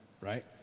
right